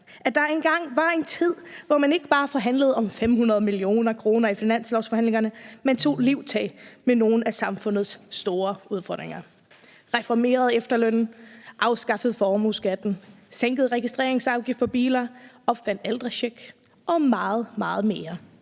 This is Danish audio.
at der engang var en tid, hvor man ikke bare forhandlede om 500 mio. kr. i finanslovsforhandlingerne, men tog livtag med nogle af samfundets store udfordringer: reformerede efterlønnen, afskaffede formueskatten, sænkede registreringsafgift på biler, opfandt ældrecheck og meget, meget mere.